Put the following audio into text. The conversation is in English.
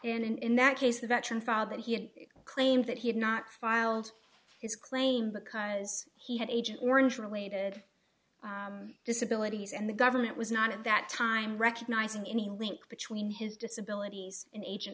and in that case the veteran file that he had claimed that he had not filed his claim because he had agent orange related disability and the government was not at that time recognizing any link between his disability and agent